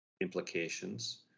implications